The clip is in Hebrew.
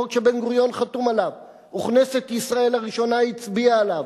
חוק שבן-גוריון חתום עליו וכנסת ישראל הראשונה הצביעה עליו.